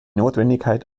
notwendigkeit